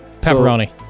Pepperoni